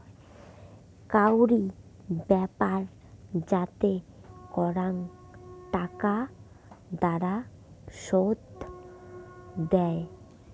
কাউরি ব্যাপার যাতে করাং টাকার দ্বারা শুধ দেয়